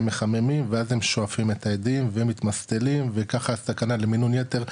הם מחממים ואז הם שואפים את האדים ומתמסטלים וככה הסכנה למינון יתר,